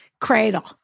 cradle